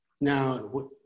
now